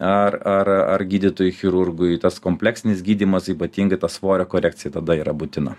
ar ar ar gydytojui chirurgui tas kompleksinis gydymas ypatingai ta svorio korekcija tada yra būtina